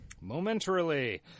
Momentarily